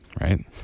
right